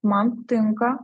man tinka